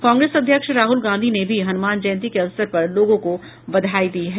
कांग्रेस अध्यक्ष राहुल गांधी ने भी हनुमान जयंती के अवसर पर लोगों को बधाई दी है